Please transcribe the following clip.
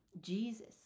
Jesus